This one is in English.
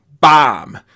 bomb